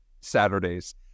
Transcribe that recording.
Saturdays